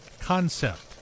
Concept